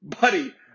Buddy